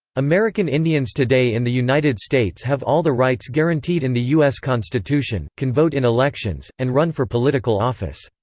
american indians today in the united states have all the rights guaranteed in the u s. constitution, can vote in elections, and run for political office.